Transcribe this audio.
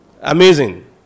Amazing